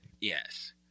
Yes